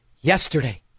yesterday